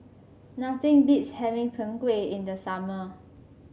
nothing beats having Png Kueh in the summer